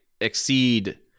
exceed